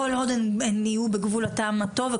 כל עוד הן יהיו בגבול הטעם הטוב,